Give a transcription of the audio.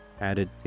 added